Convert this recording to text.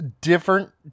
Different